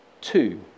two